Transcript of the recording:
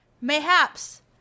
Mayhaps